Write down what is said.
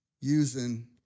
using